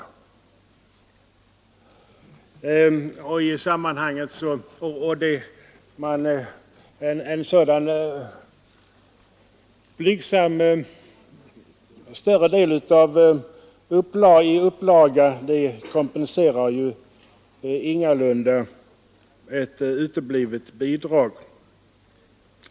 En sådan blygsam skillnad i upplagestorlek kompenserar ju ingalunda ett uteblivet bidrag.